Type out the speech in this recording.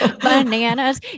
Bananas